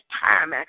time